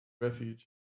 Refuge